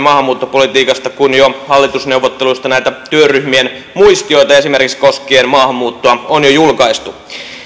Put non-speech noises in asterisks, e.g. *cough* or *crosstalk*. *unintelligible* maahanmuuttopolitiikasta kun hallitusneuvotteluista näitä työryhmien muistioita esimerkiksi koskien maahanmuuttoa on jo julkaistu